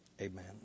Amen